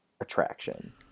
attraction